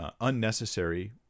unnecessary